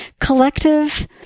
collective